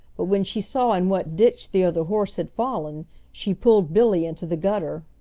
but when she saw in what ditch the other horse had fallen she pulled billy into the gutter.